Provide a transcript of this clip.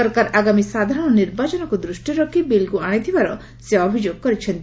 ସରକାର ଆଗାମୀ ସାଧାରଣ ନିର୍ବାଚନକୁ ଦୃଷ୍ଟିରେ ରଖି ବିଲ୍କୁ ଆଣିଥିବାର ସେ ଅଭିଯୋଗ କରିଛନ୍ତି